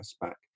back